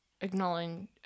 acknowledging